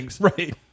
Right